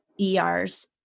ERs